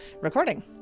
recording